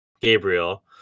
Gabriel